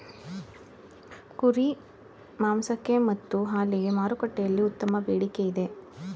ಕುರಿ ಮಾಂಸಕ್ಕೆ ಮತ್ತು ಹಾಲಿಗೆ ಮಾರುಕಟ್ಟೆಯಲ್ಲಿ ಉತ್ತಮ ಬೇಡಿಕೆ ಇದೆ